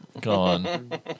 gone